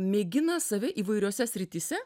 mėgina save įvairiose srityse